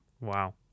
Wow